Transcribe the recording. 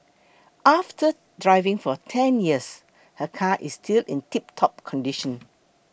after driving for ten years her car is still in tiptop condition